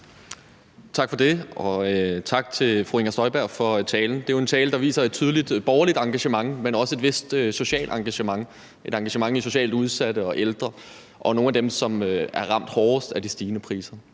Tak for det, og tak til fru Inger Støjberg for talen. Det er jo en tale, der viser et tydeligt borgerligt engagement, men også et vist socialt engagement – et engagement i socialt udsatte, ældre og nogle af dem, som er ramt hårdest af de stigende priser.